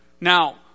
Now